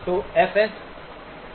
तो fS TS reciprocal है